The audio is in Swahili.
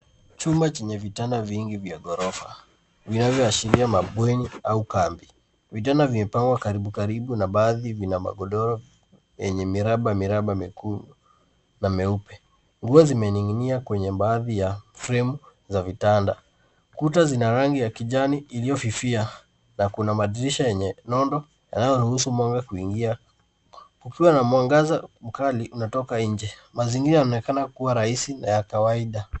Chumba chenye vitanda vingi vya ghorofa vinavyoashiria mabweni au kambi. Vitanda vimepangwa karibu karibu na baadhi vina magodoro yenye miraba miraba mikuu na meupe. Nguo zimening'inia kwenye baadhi ya fremu za vitanda. Kuta zina rangi ya kijani iliyofifia na kuna madirisha yenye nondo yanayoruhusu mwanga kuingia kukiwa na mwangaza mkali unatoka nje. Mazingira yanaonekana kuwa rais na ya kawaida.